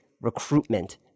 recruitment